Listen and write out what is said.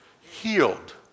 healed